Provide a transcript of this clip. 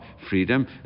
Freedom